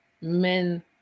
men